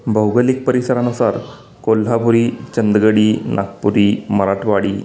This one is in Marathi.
भौगोलिक परिसरानुसार कोल्हापुरी चंदगडी नागपुरी मराठवाडी